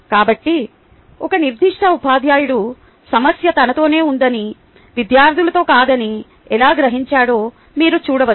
కాబట్టి ఒక నిర్దిష్ట ఉపాధ్యాయుడు సమస్య తనతోనే ఉందని విద్యార్థులతో కాదని ఎలా గ్రహించాడో మీరు చూడవచ్చు